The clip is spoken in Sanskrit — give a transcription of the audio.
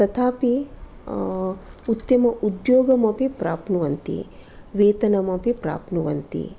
तथापि उत्तम उद्योगमपि प्राप्नुवन्ति वेतनमपि प्राप्नुवन्ति